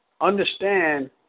understand